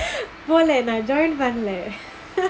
போல நா:pola naa join பண்லே:panla